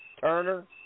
Turner